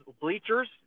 bleachers